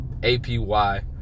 APY